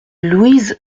louise